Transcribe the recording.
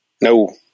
No